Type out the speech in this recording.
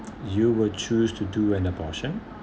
you will choose to do an abortion